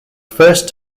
first